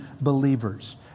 believers